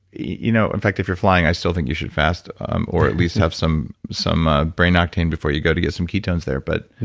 you know in fact if you're flying i still think you should fast or at least have some some ah brain octane before you go to get some ketones there but,